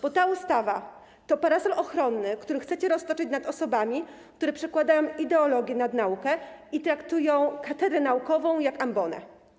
Bo ta ustawa to parasol ochronny, który chcecie roztoczyć nad osobami, które przekładają ideologię nad naukę i traktują katedrę naukową jak ambonę.